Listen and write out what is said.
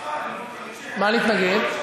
אפשר להתנגד, מה להתנגד?